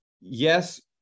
Yes